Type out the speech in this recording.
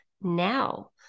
now